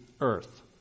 earth